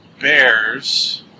Bears